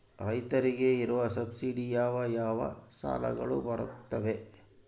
ರೈತರಿಗೆ ಇರುವ ಸಬ್ಸಿಡಿ ಯಾವ ಯಾವ ಸಾಲಗಳು ಬರುತ್ತವೆ?